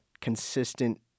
consistent